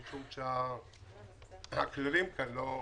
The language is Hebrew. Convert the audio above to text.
משום שהכללים כאן לא מתאימים.